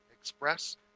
express